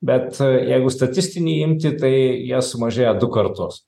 bet jeigu statistinį imti tai jie sumažėjo du kartus